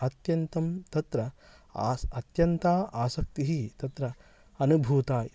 अत्यन्तं तत्र आसन् अत्यन्ता आसक्तिः तत्र अनुभूता